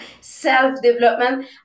self-development